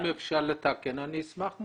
אם אפשר לתקן, אני אשמח מאוד.